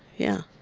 yeah.